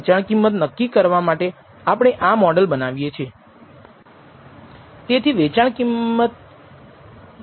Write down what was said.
તેથી આ ગુણોત્તર જે આપણે બતાવી શકીએ છીએ તે β̂1 ના વેરિએન્સ સમાન હશે